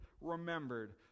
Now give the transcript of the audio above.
remembered